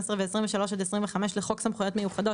12 ו-23 עד 25 לחוק סמכויות מיוחדות